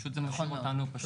פשוט זה מוחק אותנו.